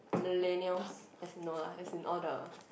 millennials as in no ah as in all the